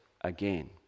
again